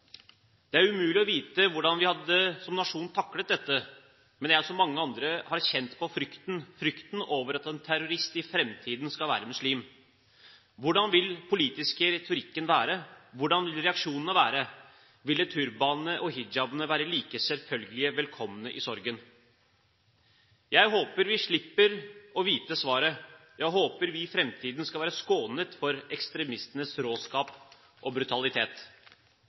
Det er umulig å vite hvordan vi som nasjon hadde taklet dette, men jeg – som mange andre – har kjent på frykten for at terroristen i fremtiden skal være muslim. Hvordan vil den politiske retorikken være, hvordan vil reaksjonene være? Ville turbanene og hijabene være like selvfølgelig velkomne i sorgen? Jeg håper vi slipper å få vite svaret. Jeg håper at vi i fremtiden skal være skånet for ekstremistenes råskap og brutalitet,